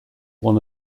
one